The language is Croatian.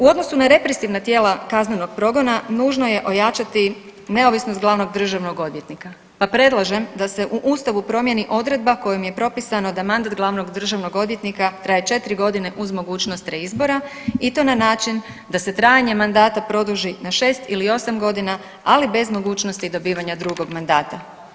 U odnosu na represivna tijela kaznenog progona nužno je ojačati neovisnost glavnog državnog odvjetnika, pa predlažem da se u Ustavu promijeni odredba kojom je propisano da mandat glavnog državnog odvjetnika traje četiri godine uz mogućnost reizbora i to na način da se trajanje mandata produži na šest ili osam godina, ali bez mogućnosti dobivanja drugog mandata.